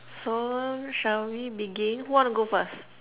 so shall we begin who want to go first